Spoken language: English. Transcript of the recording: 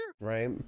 Right